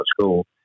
school